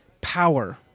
power